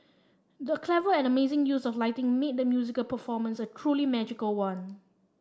the clever and amazing use of lighting made the musical performance a truly magical one